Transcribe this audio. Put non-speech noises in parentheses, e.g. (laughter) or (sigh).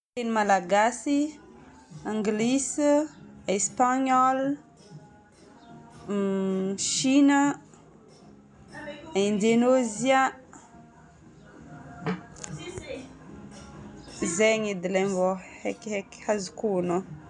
Teny malagasy, anglisy, espagnol, chine, (hesitation) Indinôzia. Zegny edy ilay mbo haikihaiky azoko ogno.